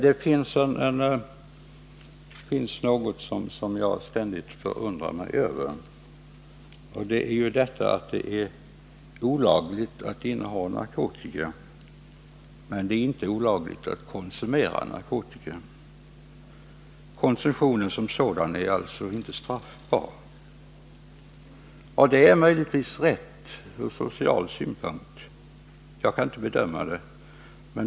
Det finns något som jag ständigt förundrar mig över: Det är 129 olagligt att inneha narkotika men inte olagligt att konsumera narkotika. Konsumtionen som sådan är alltså inte straffbar. Det är möjligtvis rätt ur social synpunkt — jag kan inte bedöma det.